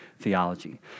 theology